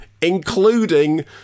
including